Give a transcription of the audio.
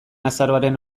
azaroaren